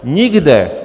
Nikde.